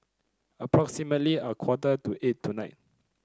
approximately a quarter to eight tonight